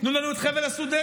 תנו לנו את חבל הסודטים,